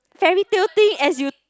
fairytale thing as you